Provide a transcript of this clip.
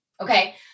okay